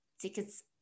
Tickets